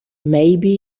maybe